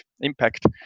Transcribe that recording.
impact